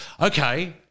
Okay